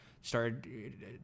started